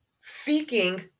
seeking